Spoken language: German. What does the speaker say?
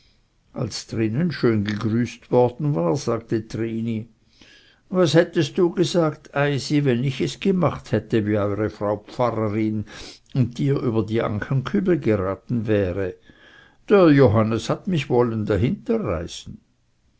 als drinnen schön gegrüßt worden war sagte trini was hättest du gesagt eisi wenn ich es gemacht hätte wie eure frau pfarrerin und dir über die ankenkübel geraten wäre der johannes hat mich wollen